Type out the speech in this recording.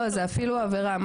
לא זה אפילו עבירה,